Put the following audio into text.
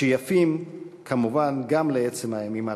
שיפים כמובן גם לעצם הימים הללו: